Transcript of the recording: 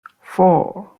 four